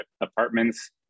apartments